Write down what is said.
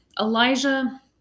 Elijah